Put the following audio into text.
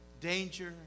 danger